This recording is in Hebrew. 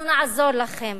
אנחנו נעזור לכם